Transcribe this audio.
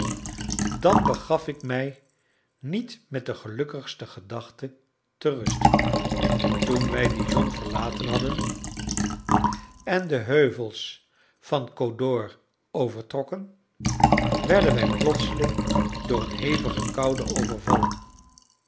dan begaf ik mij niet met de gelukkigste gedachten ter ruste toen wij dijon verlaten hadden en de heuvels van côte dor overtrokken werden wij plotseling door een hevige koude overvallen